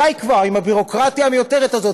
די כבר עם הביורוקרטיה המיותרת הזאת,